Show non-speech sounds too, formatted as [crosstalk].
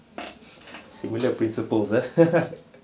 similar principles eh [laughs]